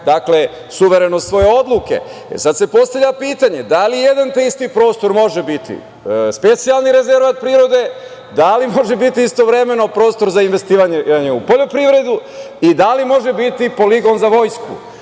donose suvereno svoje odluke. Sada se postavlja pitanje – da li jedan te isti prostor može biti specijalni rezervat prirode, da li može biti istovremeno prostor za investiranje u poljoprivredu i da li može biti poligon za vojsku?